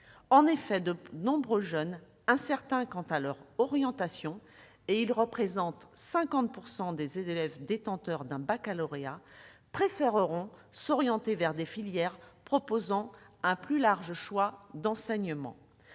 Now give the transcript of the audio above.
En effet, de nombreux jeunes, incertains quant à leur orientation- ils représentent 50 % des élèves détenteurs d'un baccalauréat-, préféreront s'orienter vers des filières proposant un plus large choix d'enseignement.